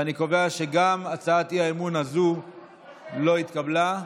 ואני קובע שגם הצעת האי-אמון הזו לא התקבלה.